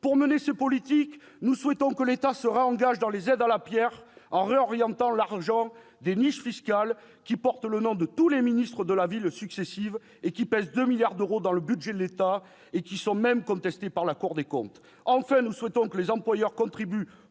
Pour mener ces politiques, nous souhaitons que l'État se réengage dans les aides à la pierre en réorientant l'argent des niches fiscales, qui portent le nom de tous les ministres de la ville successifs et pèsent 2 milliards d'euros dans le budget de l'État et qui sont même contestées par la Cour des comptes. Nous souhaitons que les employeurs contribuent